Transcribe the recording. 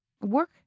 work